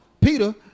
Peter